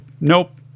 nope